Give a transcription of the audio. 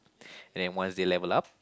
and then once they level up